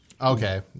Okay